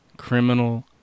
Criminal